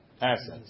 assets